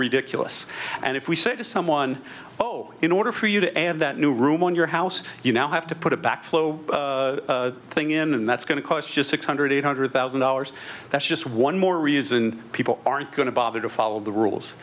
ridiculous and if we say to someone oh in order for you to add that new room on your house you now have to put a backflow thing in and that's going to cost just six hundred eight hundred thousand dollars that's just one more reason people aren't going to bother to follow the rules